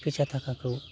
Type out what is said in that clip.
फैसा थाकाखौ